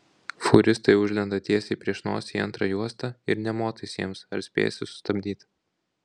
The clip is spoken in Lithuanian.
fūristai užlenda tiesiai prieš nosį į antrą juostą ir nė motais jiems ar spėsi sustabdyt